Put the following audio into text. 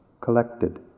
collected